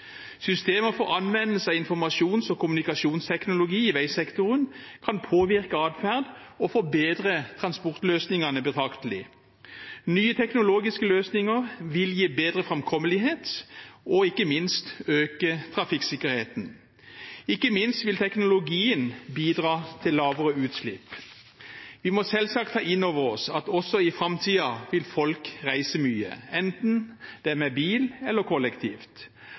veisektoren kan påvirke adferd og forbedre transportløsningene betraktelig. Nye teknologiske løsninger vil gi bedre framkommelighet og ikke minst øke trafikksikkerheten. Ikke minst vil teknologien bidra til lavere utslipp. Vi må selvsagt ta inn over oss at også i framtiden vil folk reise mye, enten det er med bil eller kollektivt.